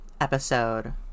episode